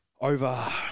over